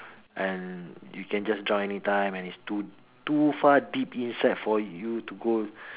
and you can just drown any time and is too too far deep inside for you to go